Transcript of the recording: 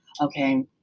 okay